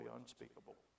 unspeakable